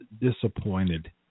disappointed